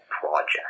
project